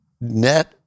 net